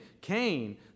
Cain